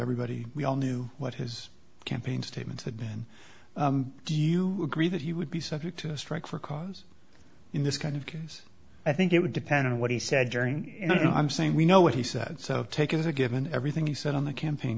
everybody we all knew what his campaign statements had been do you agree that he would be subject to a strike for cause in this kind of case i think it would depend on what he said during you know i'm saying we know what he said so take it as a given everything he said on the campaign